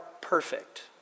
perfect